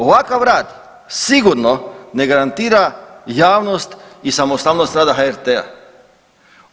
Ovakav rad sigurno ne garantira javnost i samostalnost rada HRT-a.